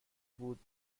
بود